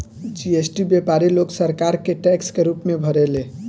GST व्यापारी लोग सरकार के टैक्स के रूप में भरेले